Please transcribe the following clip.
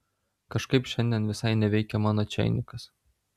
kažkaip šiandien visai neveikia mano čeinikas